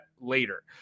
later